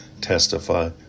testify